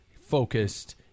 focused